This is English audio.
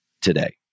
today